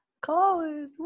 College